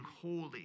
holy